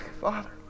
father